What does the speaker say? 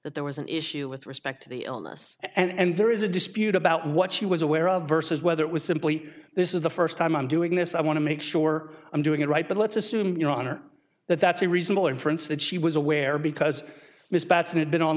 that there was an issue with respect to the illness and there is a dispute about what she was aware of versus whether it was simply this is the first time i'm doing this i want to make sure i'm doing it right but let's assume your honor that that's a reasonable inference that she was aware because